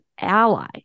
Ally